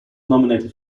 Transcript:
nominated